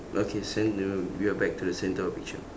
okay centre we are back to the centre of picture